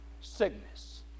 Sickness